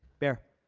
bear?